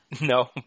No